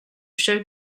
showed